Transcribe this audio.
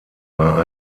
war